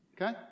Okay